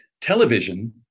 television